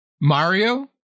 Mario